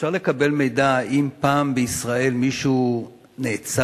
אפשר לקבל מידע אם פעם בישראל מישהו נעצר,